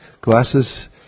glasses